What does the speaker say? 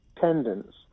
tendons